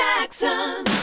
Jackson